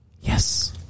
Yes